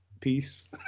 peace